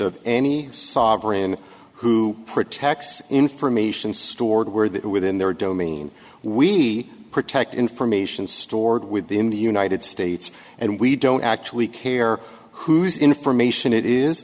of any sovereign who protects information stored where that within their domain we protect information stored within the united states and we don't actually care who information i